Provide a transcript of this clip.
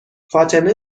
فاطمه